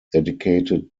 dedicated